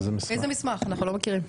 איזה מסמך אנחנו לא מכירים.